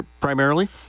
primarily